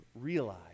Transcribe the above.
realize